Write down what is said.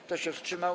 Kto się wstrzymał?